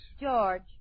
George